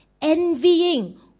envying